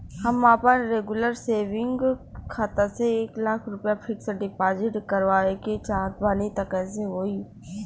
हम आपन regular saving खाता से एक लाख रुपया फिक्स डिपॉज़िट करवावे के चाहत बानी त कैसे होई?